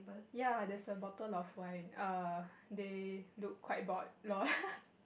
ya there's a bottle of wine err they look quite bored lol